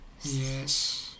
yes